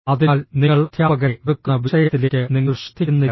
അതിനാൽ നിങ്ങൾ അധ്യാപകനെ വെറുക്കുന്ന വിഷയത്തിലേക്ക് നിങ്ങൾ ശ്രദ്ധിക്കുന്നില്ല